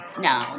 No